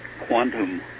quantum